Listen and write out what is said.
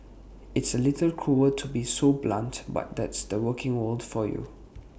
it's A little cruel to be so blunt but that's the working world for you